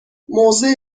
موضع